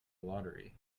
lottery